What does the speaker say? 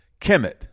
Kemet